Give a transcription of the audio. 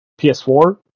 PS4